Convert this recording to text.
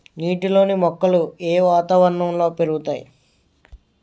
నీటిలోని మొక్కలు ఏ వాతావరణంలో పెరుగుతాయి?